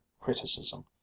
criticism